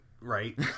Right